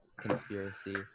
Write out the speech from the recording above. conspiracy